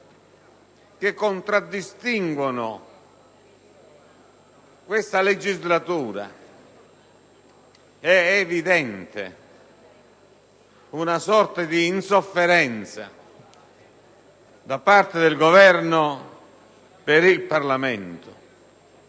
che contraddistinguono questa legislatura. È evidente una sorta di insofferenza da parte del Governo per il Parlamento,